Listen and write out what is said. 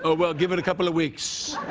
ah well, give it a couple of weeks.